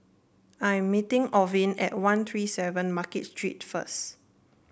I am meeting Orvin at One Three Seven Market Street first